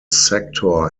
sector